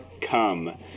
Come